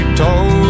told